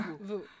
Vous